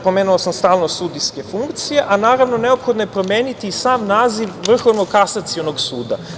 Pomenuo sam i stalnost sudijske funkcije, a naravno neophodno je promeniti i sam naziv Vrhovnog kasacionog suda.